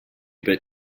but